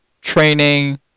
training